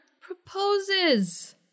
proposes